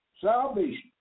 Salvation